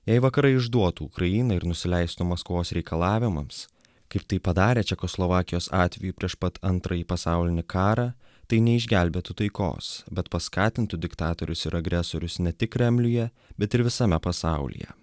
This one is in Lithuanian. jei vakarai išduotų ukrainą ir nusileistų maskvos reikalavimams kaip tai padarė čekoslovakijos atveju prieš pat antrąjį pasaulinį karą tai neišgelbėtų taikos bet paskatintų diktatorius ir agresorius ne tik kremliuje bet ir visame pasaulyje